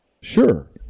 Sure